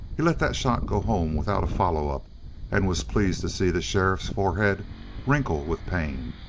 he let that shot go home without a follow-up and was pleased to see the sheriff's forehead wrinkle with pain.